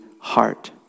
heart